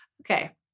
Okay